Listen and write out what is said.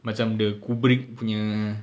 macam the kubrick punya